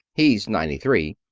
he's ninety three.